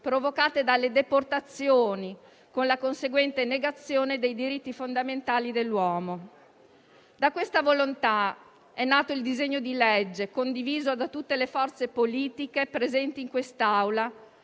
provocate dalle deportazioni, con la conseguente negazione dei diritti fondamentali dell'uomo. Da questa volontà è nato il disegno di legge in esame, condiviso da tutte le forze politiche presenti in quest'Aula,